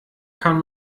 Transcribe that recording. kann